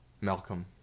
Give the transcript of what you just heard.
Malcolm